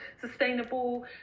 sustainable